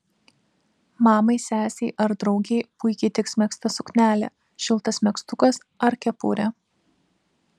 mamai sesei ar draugei puikiai tiks megzta suknelė šiltas megztukas ar kepurė